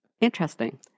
Interesting